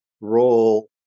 role